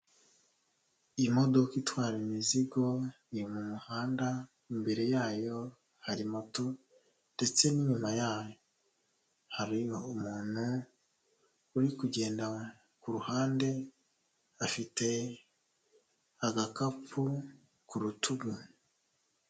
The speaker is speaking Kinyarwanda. Imodoka itwara imizigo iri mu muhanda imbere yayo hari moto ndetse n'inyuma yayo hari umuntu uri kugenda ku ruhande afite agakapu ku rutugu.